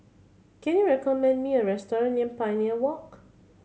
can you recommend me a restaurant near Pioneer Walk